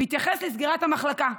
והתייחס לסגירת המחלקה.